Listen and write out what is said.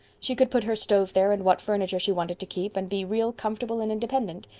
she could put her stove there and what furniture she wanted to keep, and be real comfortable and independent.